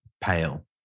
pale